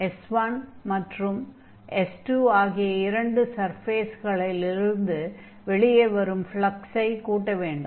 S1 மற்றும் S2 ஆகிய இரண்டு சர்ஃபேஸ்களிலிருந்து வெளியே வரும் ஃப்லக்ஸை கூட்ட வேண்டும்